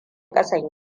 kasan